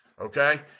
okay